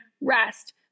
rest